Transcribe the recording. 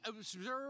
observe